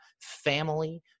family